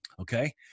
Okay